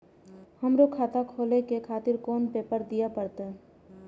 हमरो खाता खोले के खातिर कोन पेपर दीये परतें?